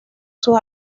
sus